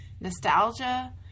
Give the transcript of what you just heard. nostalgia